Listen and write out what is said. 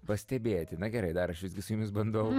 pastebėti na gerai dar aš visgi su jumis bandau